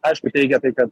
aišku teigia tai kad